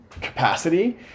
capacity